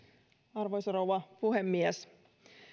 arvoisa rouva puhemies